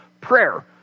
prayer